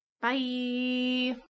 Bye